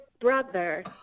brother